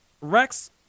Rex